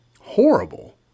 horrible